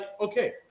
okay